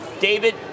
David